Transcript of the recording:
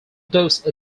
those